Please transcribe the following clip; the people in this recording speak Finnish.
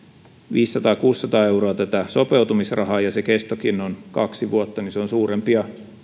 euroa tätä sopeutumisrahaa ja sen kestokin on kaksi vuotta tämä on suurempi ja